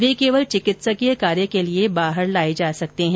वे केवल चिकित्सकीय कार्य के लिए बाहर लाए जा सकते हैं